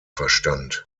verstand